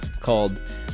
called